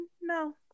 no